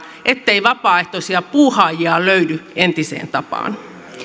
ettei vapaaehtoisia puuhaajia löydy entiseen tapaan